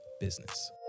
business